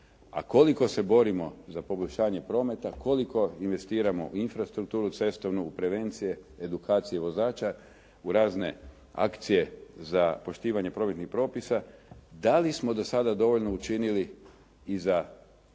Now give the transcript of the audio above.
A koliko se borimo za poboljšanje prometa. Koliko investiramo u infrastrukturu, cestovnu, u prevenciju, edukacije vozača, u razne akcije za poštivanje prometnih propisa. Da li smo do sada dovoljno učinili i za onaj